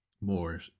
more